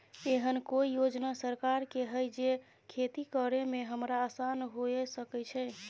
एहन कौय योजना सरकार के है जै खेती करे में हमरा आसान हुए सके छै?